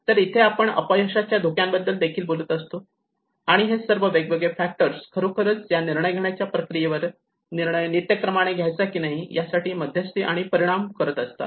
तर इथे आपण अपयशाच्या धोक्याबद्दल देखील बोलत असतो आणि हे सर्व वेगवेगळे फॅक्टर्स खरोखर या निर्णय घेण्याच्या प्रक्रियेवर निर्णय नित्य क्रमाने घ्यायचा की नाही यासाठी मध्यस्थी आणि परिणाम करत असतात